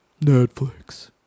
Netflix